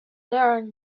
learn